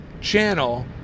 channel